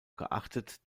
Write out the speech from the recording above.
geachtet